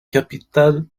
capitale